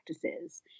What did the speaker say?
practices